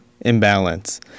imbalance